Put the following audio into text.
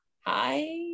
hi